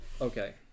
Okay